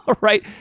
right